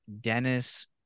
Dennis